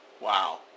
Wow